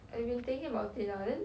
I've been thinking about it lah then